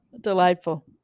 delightful